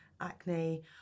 acne